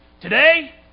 today